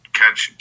catch